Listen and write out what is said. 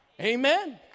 Amen